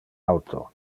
auto